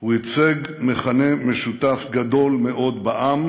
הוא ייצג מכנה משותף גדול מאוד בעם